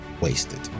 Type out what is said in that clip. wasted